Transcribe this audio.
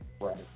right